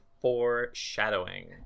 foreshadowing